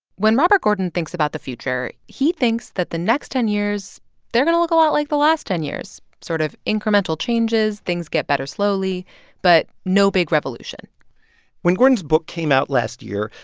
when robert gordon thinks about the future, he thinks that the next ten years they're going to look a lot like the last ten years, sort of incremental changes, things get better slowly but no big revolution when gordon's book came out last year,